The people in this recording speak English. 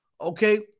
okay